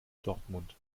dortmund